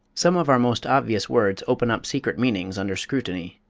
some of our most obvious words open up secret meanings under scrutiny,